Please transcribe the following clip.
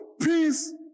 Peace